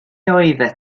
oeddet